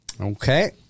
Okay